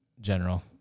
general